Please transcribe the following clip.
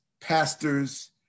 pastors